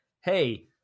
hey